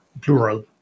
plural